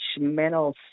mental